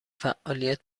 فعالیت